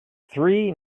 three